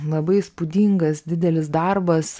labai įspūdingas didelis darbas